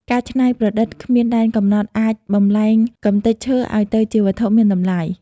ការច្នៃប្រឌិតគ្មានដែនកំណត់អាចបំប្លែងកម្ទេចឈើឱ្យទៅជាវត្ថុមានតម្លៃ។